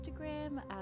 instagram